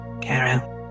Carol